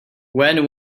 when